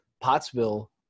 Pottsville